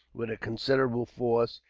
with a considerable force,